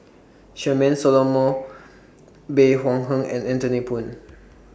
Charmaine Solomon Bey Hua Heng and Anthony Poon